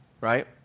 right